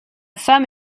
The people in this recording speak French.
femme